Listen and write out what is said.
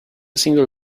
single